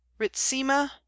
Ritzema